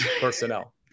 personnel